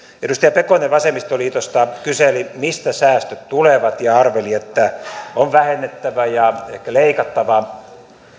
edustaja pekonen vasemmistoliitosta kyseli mistä säästöt tulevat ja arveli että on vähennettävä ja ehkä leikattava